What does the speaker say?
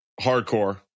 hardcore